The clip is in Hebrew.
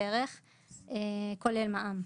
כולל מע"מ,